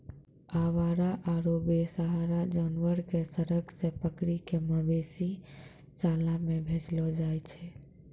आवारा आरो बेसहारा जानवर कॅ सड़क सॅ पकड़ी कॅ मवेशी शाला मॅ भेजलो जाय छै